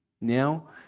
Now